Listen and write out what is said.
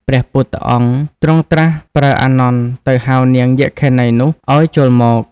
ព្រះពុទ្ធអង្គ ទ្រង់ត្រាស់ប្រើអានន្ទទៅ ហៅនាងយក្ខិនីនោះឲ្យចូលមក។